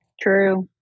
True